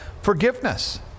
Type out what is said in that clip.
forgiveness